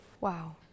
Wow